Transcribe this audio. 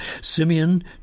Simeon